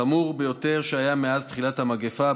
החמור ביותר שהיה מאז תחילת המגפה.